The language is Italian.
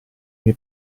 mie